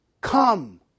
come